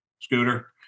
Scooter